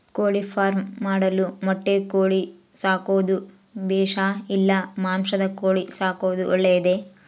ಕೋಳಿಫಾರ್ಮ್ ಮಾಡಲು ಮೊಟ್ಟೆ ಕೋಳಿ ಸಾಕೋದು ಬೇಷಾ ಇಲ್ಲ ಮಾಂಸದ ಕೋಳಿ ಸಾಕೋದು ಒಳ್ಳೆಯದೇ?